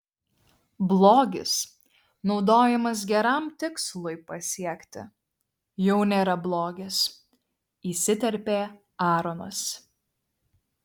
blogis naudojamas geram tikslui pasiekti jau nėra blogis įsiterpė aaronas